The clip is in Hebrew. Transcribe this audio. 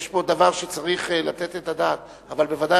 יש פה דבר שצריך לתת את הדעת עליו.